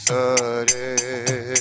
Sare